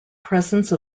presence